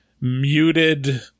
muted